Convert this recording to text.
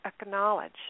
acknowledge